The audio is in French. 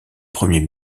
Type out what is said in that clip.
premier